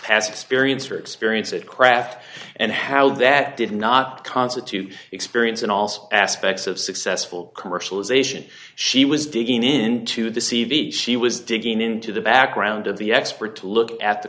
has experience or experience at craft and how that did not constitute experience and also aspects of successful commercialization she was digging into the c v she was digging into the background of the expert to look at the